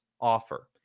offer